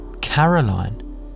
Caroline